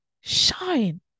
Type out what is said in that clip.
shine